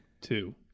Two